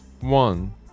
one